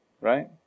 right